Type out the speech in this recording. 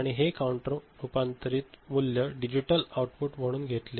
आणि हे काउंटर रूपांतरित मूल्य डिजिटल आउटपुट म्हणून घेतले